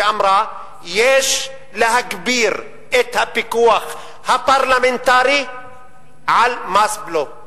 שאמרה שיש להגביר את הפיקוח הפרלמנטרי על מס בלו.